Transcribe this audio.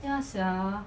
ya sia